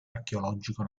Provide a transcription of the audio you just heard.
archeologico